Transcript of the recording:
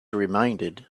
reminded